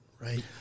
right